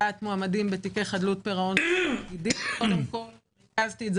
קביעת מועמדים בתיקי חדלות פירעון וריכזתי את זה